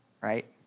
right